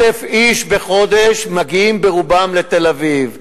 1,000 איש בחודש מגיעים ברובם לתל-אביב.